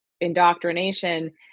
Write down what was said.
indoctrination